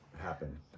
happen